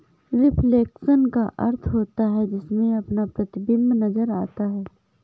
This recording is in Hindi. रिफ्लेक्शन का अर्थ होता है जिसमें अपना प्रतिबिंब नजर आता है